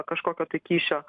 kažkokio tai kyšio